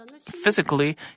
physically